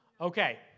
Okay